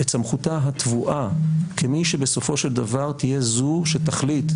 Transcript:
את סמכותה הטבועה כמי שבסופו של דבר תהיה זו שתחליט,